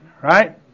Right